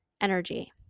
energy